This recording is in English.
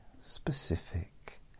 specific